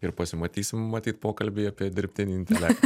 ir pasimatysim matyt pokalbyje apie dirbtinį intelektą